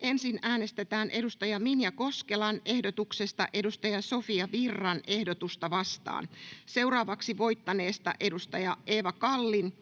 Ensin äänestetään edustaja Minja Koskelan ehdotuksesta edustaja Sofia Virran ehdotusta vastaan, seuraavaksi voittaneesta edustaja Eeva Kallin